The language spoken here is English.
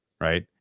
right